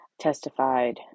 testified